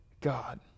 God